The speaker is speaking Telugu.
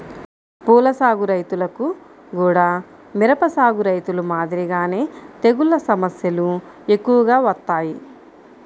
పూల సాగు రైతులకు గూడా మిరప సాగు రైతులు మాదిరిగానే తెగుల్ల సమస్యలు ఎక్కువగా వత్తాయి